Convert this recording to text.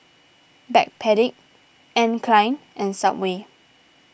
Backpedic Anne Klein and Subway